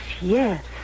yes